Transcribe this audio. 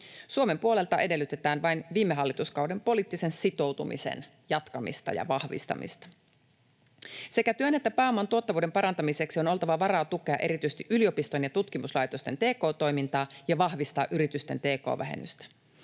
Suomen puolelta edellytetään vain viime hallituskauden poliittisen sitoutumisen jatkamista ja vahvistamista. Sekä työn että pääoman tuottavuuden parantamiseksi on oltava varaa tukea erityisesti yliopistojen ja tutkimuslaitosten tk-toimintaa ja vahvistaa yritysten tk-vähennystä.